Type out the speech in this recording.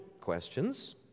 questions